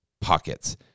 pockets